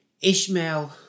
Ishmael